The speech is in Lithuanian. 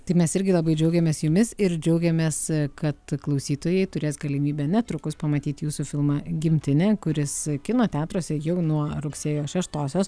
tai mes irgi labai džiaugiamės jumis ir džiaugiamės kad klausytojai turės galimybę netrukus pamatyt jūsų filmą gimtinė kuris kino teatruose jau nuo rugsėjo šeštosios